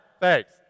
thanks